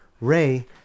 Ray